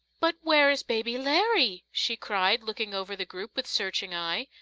but where is baby larry? she cried, looking over the group with searching eye.